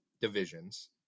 divisions